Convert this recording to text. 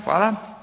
hvala.